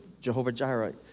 Jehovah-Jireh